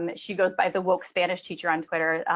and she goes by the woke spanish teacher on twitter.